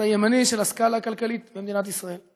הימני של הסקאלה הכלכלית במדינת ישראל,